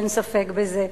אין ספק בזה,